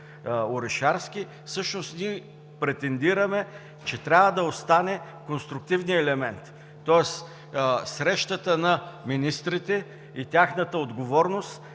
Орешарски, всъщност ние претендираме, че трябва да остане конструктивният елемент, тоест срещата на министрите и тяхната отговорност